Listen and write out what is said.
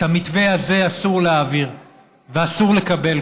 את המתווה הזה אסור להעביר ואסור לקבל.